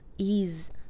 ease